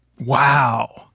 Wow